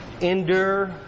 endure